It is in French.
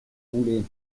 voulait